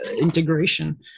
integration